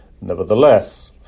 Nevertheless